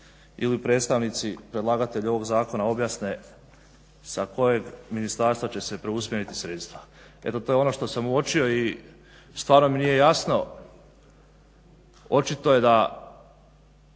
ili predstavnici predlagatelja ovog zakona objasne sa kojeg ministarstva će se preusmjeriti sredstva? Eto to je ono što sam uočio i stvarno mi nije jasno, očito je da